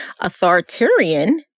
Authoritarian